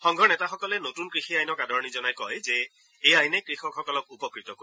সংঘৰ নেতাসকলে নতুন কৃষি আইনক আদৰণি জনাই কয় যে এই আইনে কৃষকসকলক উপকৃত কৰিব